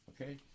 Okay